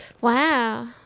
Wow